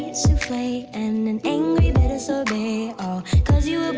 souffle and an angry bitter sorbet all because you